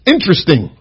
Interesting